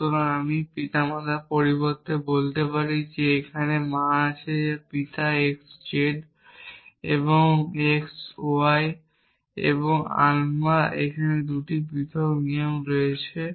সুতরাং আমি পিতামাতার পরিবর্তে বলতে পারি আমার এখানে মা আছে পিতা x z পিতা z y আমার 2টি পৃথক নিয়ম রয়েছে